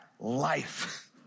life